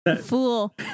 Fool